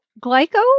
glyco